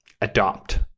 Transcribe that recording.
adopt